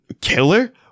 killer